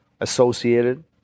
associated